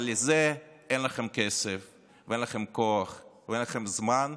אבל לזה אין לכם כסף ואין לכם כוח ואין לכם זמן.